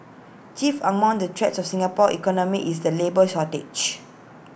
chief among the threats to Singapore's economy is the labour shortage